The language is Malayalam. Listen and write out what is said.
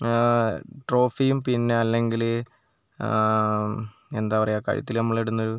ട്രോഫിയും പിന്നെ അല്ലെങ്കിൽ എന്താ പറയുക കഴുത്തിൽ നമ്മൾ ഇടുന്നൊരു